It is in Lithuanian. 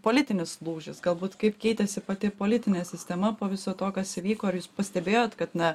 politinis lūžis galbūt kaip keitėsi pati politinė sistema po viso to kas įvyko ar jūs pastebėjot kad na